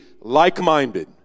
like-minded